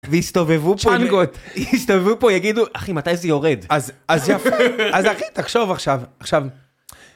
והסתובבו פה יגידו אחי מתי זה יורד אז אחי תחשוב עכשיו עכשיו.